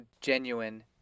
genuine